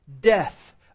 death